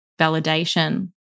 validation